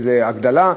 איזו הגדלה?